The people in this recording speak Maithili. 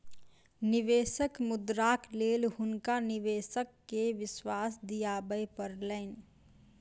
निवेशक मुद्राक लेल हुनका निवेशक के विश्वास दिआबय पड़लैन